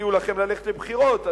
כשהציעו לכם ללכת לבחירות.